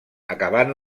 acabant